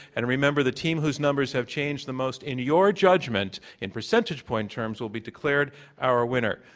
and remember, the team whose numbers have changed the most in your judgment in percentage point terms will be declared our winner.